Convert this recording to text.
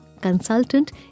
Consultant